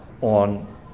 on